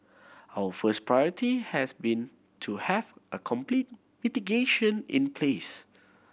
our first priority has been to have a complete mitigation in place